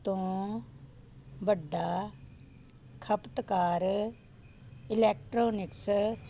ਤੋਂ ਵੱਡਾ ਖਪਤਕਾਰ ਇਲੈਕਟ੍ਰੋਨਿਕਸ